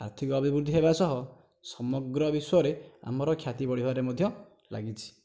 ଆର୍ଥିକ ଅଭିବୃଦ୍ଧି ହେବା ସହ ସମଗ୍ର ବିଶ୍ୱରେ ଆମର ଖ୍ୟାତି ବଢ଼ିବାରେ ମଧ୍ୟ ଲାଗିଛି